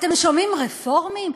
אתם שומעים "רפורמים",